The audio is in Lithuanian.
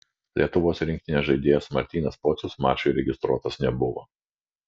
lietuvos rinktinės žaidėjas martynas pocius mačui registruotas nebuvo